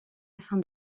afin